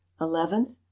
eleventh